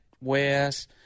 west